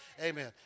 Amen